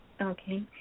Okay